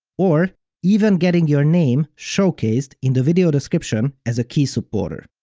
or even getting your name showcased in the video description as a key supporter.